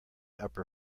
upper